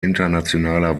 internationaler